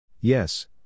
Yes